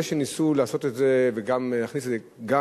זה שניסו לעשות את זה וגם להכניס את זה כחלק